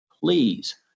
please